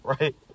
right